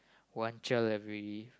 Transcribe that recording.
one child every